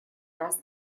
раз